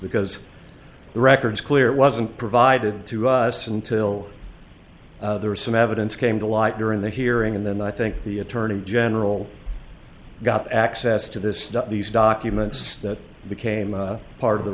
because the record clear wasn't provided to us until there was some evidence came to light during the hearing and then i think the attorney general got access to this these documents that became part of the